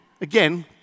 again